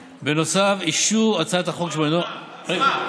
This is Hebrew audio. בנוסף, אישור הצעת החוק שבנדון, אז מה?